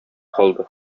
калды